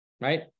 right